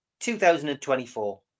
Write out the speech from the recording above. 2024